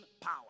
power